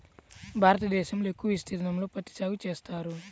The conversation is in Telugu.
భారతదేశంలో ఎక్కువ విస్తీర్ణంలో పత్తి సాగు చేస్తారు